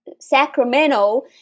Sacramento